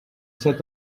set